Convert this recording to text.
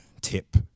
tip